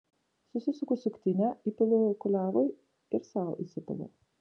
susisuku suktinę įpilu kuliavui ir sau įsipilu